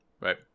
right